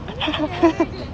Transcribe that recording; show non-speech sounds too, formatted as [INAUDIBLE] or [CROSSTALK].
[LAUGHS]